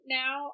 now